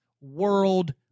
world